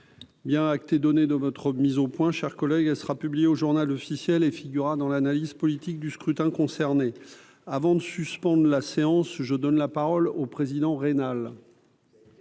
Bien donné de votre mise au point, chers collègue elle sera publiée au Journal officiel et figurera dans l'analyse politique du scrutin concernés avant de suspendre la séance, je donne la parole au président rénale.